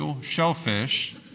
shellfish